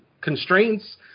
constraints